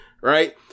right